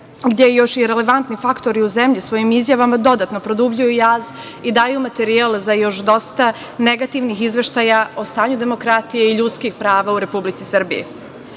gde je još i relevantni faktori u zemlji svojim izjavama dodatno produbljuju jaz i daju materijal za još dosta negativnih izveštaja o stanju demokratije i ljudskih prava u Republici Srbiji. Dakle,